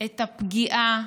את הפגיעה,